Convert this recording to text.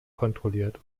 kontrolliert